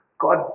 God